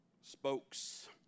spokes